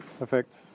affects